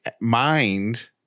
mind